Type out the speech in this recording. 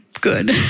good